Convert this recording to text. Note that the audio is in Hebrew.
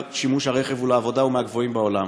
שימוש הרכב הוא לעבודה הוא מהגבוהים בעולם.